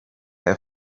they